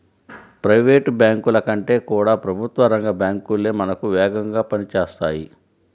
private బ్యాంకుల కంటే కూడా ప్రభుత్వ రంగ బ్యాంకు లే మనకు వేగంగా పని చేస్తాయి